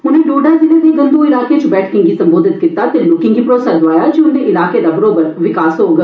उनें डोडा ज़िला दे गंदोह ईलाकें च बैठकें गी संबोधित कीता ते लोकें गी भरोसा दोआया जे उन्दे ईलाकें दा बरोबर विकास होग